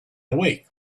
awake